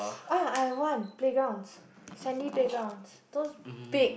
uh I want playgrounds sandy playgrounds those big